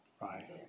Right